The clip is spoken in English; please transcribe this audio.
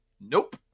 Nope